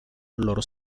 loro